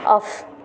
off